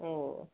ও